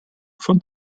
von